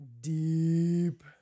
deep